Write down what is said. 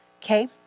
Okay